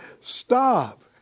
Stop